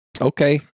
Okay